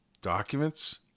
documents